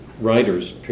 writers